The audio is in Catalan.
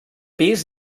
pis